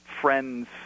friends